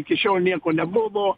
iki šiol nieko nebuvo